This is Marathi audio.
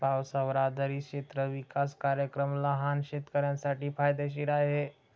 पावसावर आधारित क्षेत्र विकास कार्यक्रम लहान शेतकऱ्यांसाठी फायदेशीर आहे